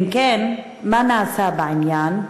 2. אם כן, מה נעשה בעניין?